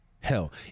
Hell